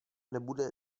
nebude